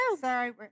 Sorry